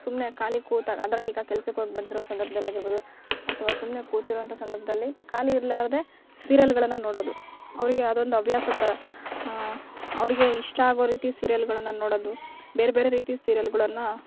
ಸುಮ್ಮನೆ ಖಾಲಿ ಕೂತಾಗ ಅಂದರೆ ಈಗ ಕೆಲ್ಸಕ್ಕೆ ಹೋಗಿ ಬಂದಿರೋ ಸಂದರ್ಭದಲ್ ಆಗಿರ್ಬೋದು ಅಥ್ವ ಸುಮ್ಮನೆ ಕೂತಿರೋಂಥ ಸಂದರ್ಭದಲ್ಲಿ ಖಾಲಿ ಇರಲಾರ್ದೆ ಸೀರಿಯಲ್ಗಳನ್ನು ನೋಡೋದು ಅವರಿಗೆ ಅದೊಂದು ಹವ್ಯಾಸದ ಥರ ಅವರಿಗೆ ಇಷ್ಟ ಆಗೋ ರೀತಿ ಸೀರಿಯಲ್ಗಳನ್ನು ನೋಡೋದು ಬೇರೆ ಬೇರೆ ರೀತಿ ಸೀರಿಯಲ್ಗಳನ್ನು